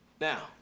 Now